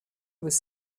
was